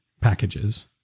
packages